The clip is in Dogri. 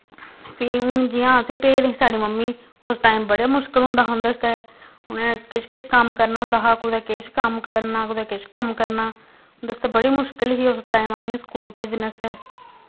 फ्ही हुन जि'यां असें भेजदे हे साढ़ी मम्मी उस टाइम बड़े मुश्कल होंदा हा उं'दे आस्तै उ'नें किश किश कम्म करना होंदा हा कुतै किश कम्म करना कुतै किश कम्म करना उं'दे आस्तै बड़ी मुश्कल ही उस टाइम असें स्कूल भेजने आस्तै